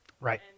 Right